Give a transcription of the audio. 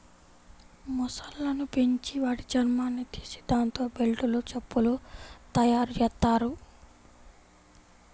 మొసళ్ళను పెంచి వాటి చర్మాన్ని తీసి దాంతో బెల్టులు, చెప్పులు తయ్యారుజెత్తారు